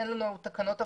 אין לנו תקנות הפחתה,